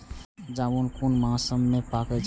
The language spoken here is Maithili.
जामून कुन मास में पाके छै?